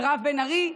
מירב בן ארי,